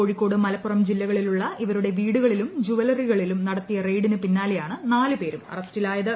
കോഴിക്കോട് മലപ്പുറം ജില്ലകളിലുള്ള ഇവരുടെ വീടുകളിലും ജുവലറികളിലും നടത്തിയ റെയ്ഡിന് പിന്നാലെയാണ് നാലുപേരും അറസ്റ്റിലായത്